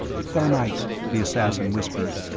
thermite, the assassin whispered.